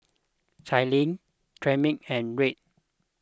Cailyn Tremaine and Red